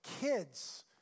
kids